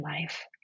life